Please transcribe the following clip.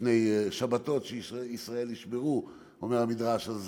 ישראל ישמרו שתי שבתות, אומר המדרש, אז